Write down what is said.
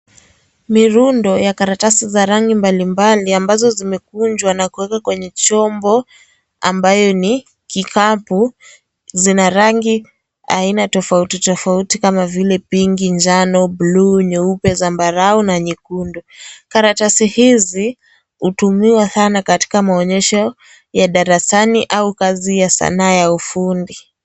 Mirundo ya karatasi za rangi mbalimbali ambazo zimekunjwa na kuwekwa kwenye chombo ambayo ni kikapu, zina rangi aina tofauti tofauti kama vile pinki, njano, buluu, nyeupe , zambarau na nyekundu, karatasi hizi hutumiwa sana katika maonyesho ya darasani au kazi ya sanaa ya ufundi.